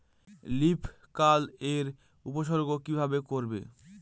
Leaf curl এর উপসর্গ কিভাবে করব?